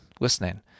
listening